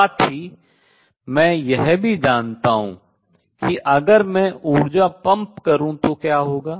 साथ ही मैं यह भी जानता हूँ कि अगर मैं ऊर्जा पंप करूं तो क्या होगा